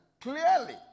clearly